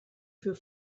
für